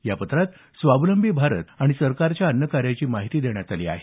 या पत्रात स्वावलंबी भारत आणि सरकारच्या अन्य कार्याची माहिती देण्यात आली आहे